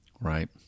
right